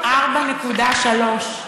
4.3,